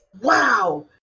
wow